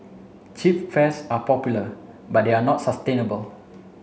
cheap fares are popular but they are not sustainable